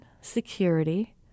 security